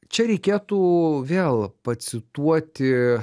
čia reikėtų vėl pacituoti